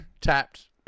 Tapped